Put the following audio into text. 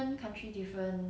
like you know apocalypse